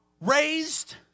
Raised